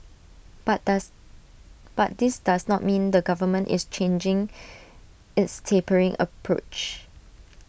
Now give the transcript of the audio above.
but does but this does not mean the government is changing its tapering approach